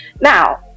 now